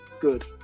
Good